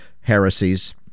heresies